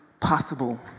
possible